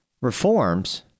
reforms